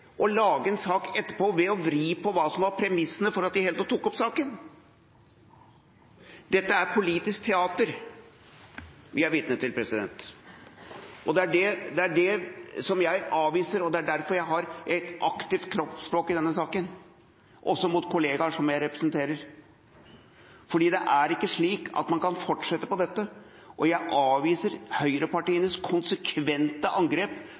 å lage en sak etterpå ved å vri på hva som var premissene for at de i det hele tatt tok opp saken. Det er politisk teater vi er vitne til. Det er det jeg avviser. Det er derfor jeg har et aktivt kroppsspråk i denne saken, også mot kollegaer som jeg representerer, for det er ikke slik at man kan fortsette på dette. Jeg avviser høyrepartienes konsekvente angrep